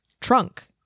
trunk